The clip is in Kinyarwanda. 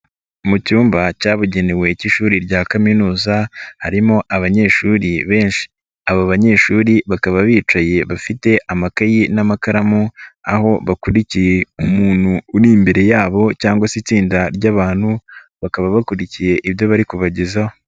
Mu cyumba cyabugenewe k'ishuri rya Kaminuza, harimo abanyeshuri benshi. Abo banyeshuri bakaba bicaye bafite amakayi n'amakaramu, aho bakurikiye umuntu uri imbere yabo cyangwa se itsinda ry'abantu, bakaba bakurikiye ibyo bari kubagezaho.